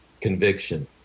conviction